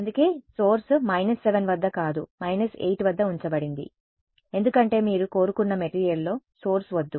అందుకే సోర్స్ 7 వద్ద కాదు 8 వద్ద ఉంచబడింది ఎందుకంటే మీరు కోరుకున్న మెటీరియల్లో సోర్స్ వద్దు